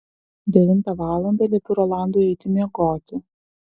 devintą valandą liepiu rolandui eiti miegoti